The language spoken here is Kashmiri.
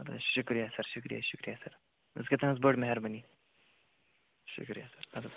اَدٕ حظ شُکریہ سر شُکریہ شُکریہ سر أسۍ گٔے تٕہٕنٛز بٔڑ مہربٲنی شُکریہ سر